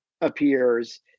appears